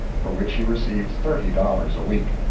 for which he received thirty dollars a week.